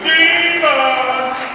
Demons